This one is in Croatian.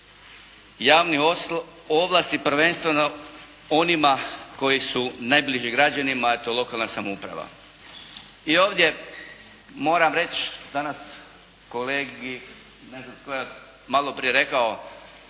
javnih ovlasti prvenstveno onima koji su najbliži građanima a to je lokalna samouprava. I ovdje moram reći danas kolegi koji je malo prije rekao